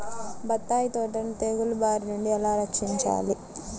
బత్తాయి తోటను తెగులు బారి నుండి ఎలా రక్షించాలి?